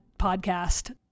podcast